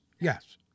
yes